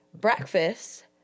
breakfast